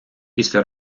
після